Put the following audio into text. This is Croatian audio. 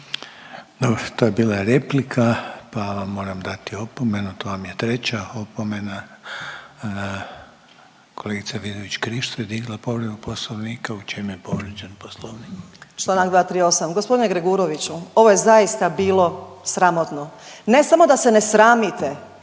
Dobro, to je bila replika, pa vam moram dati opomenu, to vam je treća opomena. Kolegica Vidović Krišto je digla povredu Poslovnika, u čem je povrijeđen Poslovnik? **Vidović Krišto, Karolina (OIP)** Čl. 238., g. Greguroviću, ovo je zaista bilo sramotno. Ne samo da se ne sramite